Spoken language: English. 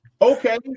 Okay